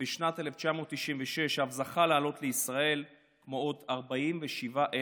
ובשנת 1996 אף זכה לעלות לישראל כמו עוד 47,000